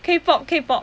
K pop K pop